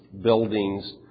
buildings